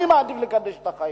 אני מעדיף לקדש את החיים.